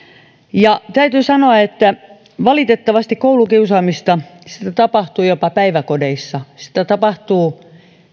ja täytyy sanoa että valitettavasti koulukiusaamista tapahtuu jopa päiväkodeissa sitä tapahtuu